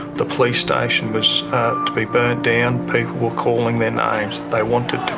the police station was to be burnt down, people were calling their names, they wanted